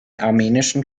armenischen